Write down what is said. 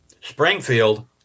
Springfield